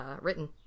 written